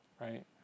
right